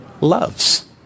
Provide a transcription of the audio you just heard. loves